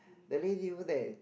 the lady over there